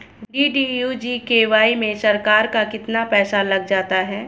DDU GKY में सरकार का कितना पैसा लग जाता है?